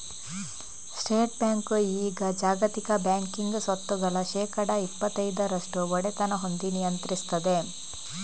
state bank ಈಗ ಜಾಗತಿಕ banking ಸ್ವತ್ತುಗಳ ಶೇಕಡಾ ಇಪ್ಪತೈದರಷ್ಟು ಒಡೆತನ ಹೊಂದಿ ನಿಯಂತ್ರಿಸ್ತದೆ